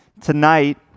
tonight